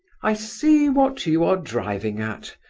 i see what you you are driving at,